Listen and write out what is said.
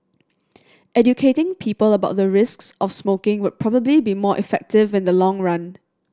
educating people about the risks of smoking would probably be more effective in the long run